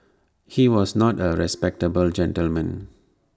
he was not A respectable gentleman